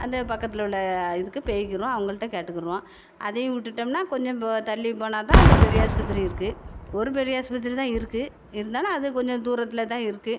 அந்த பக்கத்தில் உள்ளே இதுக்கு போய்கிறோம் அவங்கள்ட கேட்டுக்குறுவோம் அதையும் விட்டுட்டோம்னா கொஞ்சம் தள்ளி போனால் தான் அந்த பெரியாஸ்பத்திரி இருக்குது ஒரு பெரியாஸ்பத்திரி தான் இருக்குது இருந்தாலும் அது கொஞ்சம் தூரத்தில் தான் இருக்குது